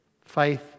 faith